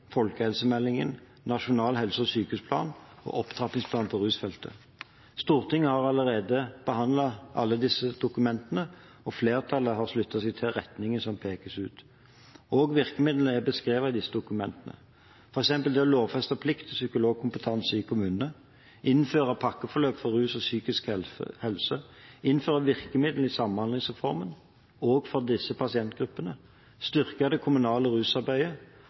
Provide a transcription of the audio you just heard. folkehelsemeldingen, Nasjonal helse- og sykehusplan og opptrappingsplanen for rusfeltet. Stortinget har behandlet alle disse dokumentene, og flertallet har sluttet seg til retningen som pekes ut. Også virkemidlene er beskrevet i disse dokumentene – som f.eks. å lovfeste plikt til psykologkompetanse i kommunene, å innføre pakkeforløp for rus og psykisk helse, å innføre virkemidlene i samhandlingsreformen også for disse pasientgruppene, styrke det kommunale rusarbeidet,